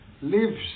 lives